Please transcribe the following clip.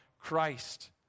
Christ